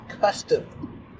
custom